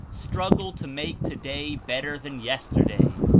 struggle to make today better than yesterday,